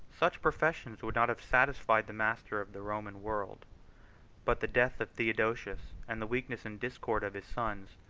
such professions would not have satisfied the master of the roman world but the death of theodosius, and the weakness and discord of his sons,